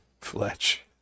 fletch